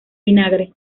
vinagre